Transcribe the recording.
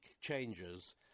changes